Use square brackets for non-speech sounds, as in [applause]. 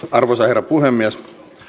[unintelligible] arvoisa herra puhemies